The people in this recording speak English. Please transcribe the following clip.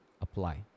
apply